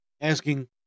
asking